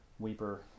Weeper